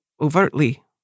overtly